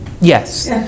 Yes